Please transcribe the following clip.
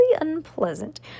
unpleasant